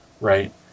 Right